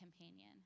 companion